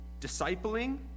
discipling